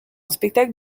spectacle